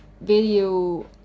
video